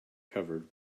covered